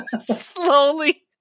slowly